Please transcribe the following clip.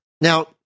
Now